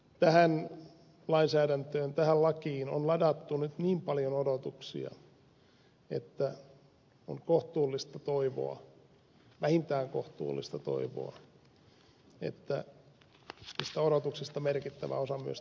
tähän lainsäädäntöön tähän lakiin on ladattu nyt niin paljon odotuksia että on kohtuullista toivoa vähintään kohtuullista toivoa että niistä odotuksista merkittävä osa myös toteutuu